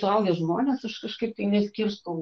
suaugę žmonės aš kažkaip tai neskirstau